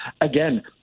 again